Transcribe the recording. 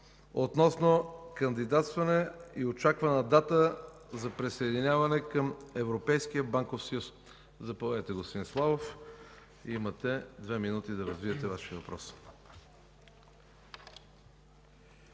относно кандидатстване и очаквана дата на присъединяване към Европейския банков съюз. Заповядайте, господин Славов – имате две минути да развиете Вашия въпрос.